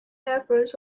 efforts